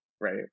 right